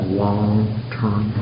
long-term